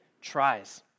tries